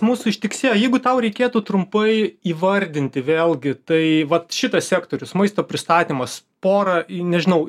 mūsų ištiksėjo jeigu tau reikėtų trumpai įvardinti vėlgi tai vat šitas sektorius maisto pristatymas porą nežinau